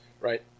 Right